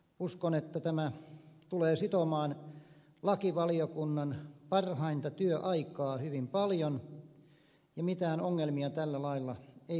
uskon että tämä tulee sitomaan lakivaliokunnan parhainta työaikaa hyvin paljon ja mitään ongelmia tällä lailla ei ratkota